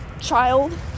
child